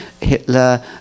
Hitler